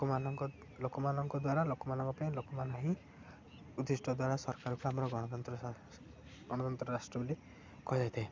ଲୋକମାନଙ୍କ ଲୋକମାନଙ୍କ ଦ୍ୱାରା ଲୋକମାନଙ୍କ ପାଇଁ ଲୋକମାନେ ହିଁ ଉଦ୍ଦିଷ୍ଟ ଦ୍ୱାରା ସରକାରକୁ ଆମର ଗଣତନ୍ତ୍ର ଗଣତନ୍ତ୍ର ରାଷ୍ଟ୍ର ବୋଲି କୁହାଯାଇଥାଏ